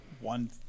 one